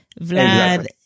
Vlad